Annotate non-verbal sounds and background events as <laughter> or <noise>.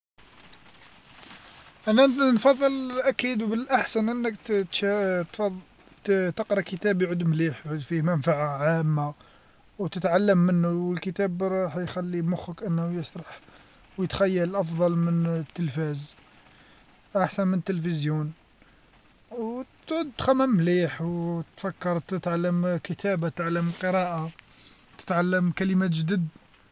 أنا نفضل اكيد وبالأحسن أنك <hesitation> تقرا كتاب يعود مليح فيه منفعة عامة، وتتعلم منو الكتاب راح يخلي مخك انه يسرح ويتخيل أفضل من التلفاز، احسن من التلفزيون أو تعود تخمم مليح <hesitation> وتفكر تتعلم كتابة تعلم قراءة تتعلم كلمات جدد.